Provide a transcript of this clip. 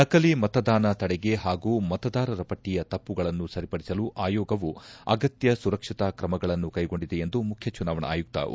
ನಕಲಿ ಮತದಾನ ತಡೆಗೆ ಹಾಗೂ ಮತದಾರರ ಪಟ್ಟಿಯ ತಮ್ಪಗಳನ್ನು ಸರಿಪಡಿಸಲು ಆಯೋಗವು ಅಗತ್ಯ ಸುರಕ್ಷತಾ ಕ್ರಮಗಳನ್ನು ಕೈಗೊಂಡಿದೆ ಎಂದು ಮುಖ್ಯ ಚುನಾವಣಾ ಆಯುಕ್ತ ಓ